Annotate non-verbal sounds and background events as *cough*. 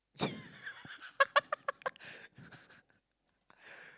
*laughs*